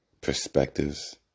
perspectives